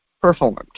performed